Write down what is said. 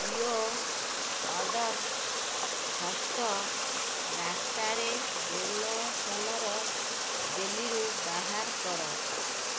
ୟୋ order ଷଷ୍ଠ ରାସ୍ତାରେ ଜେନସନର ଡେଲିରୁ ବାହାର କର